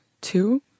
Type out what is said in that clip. two